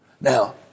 Now